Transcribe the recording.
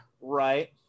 Right